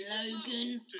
Logan